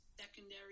secondary